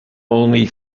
only